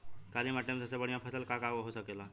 काली माटी में सबसे बढ़िया फसल का का हो सकेला?